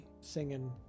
singing